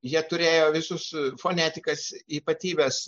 jie turėjo visus fonetikos ypatybes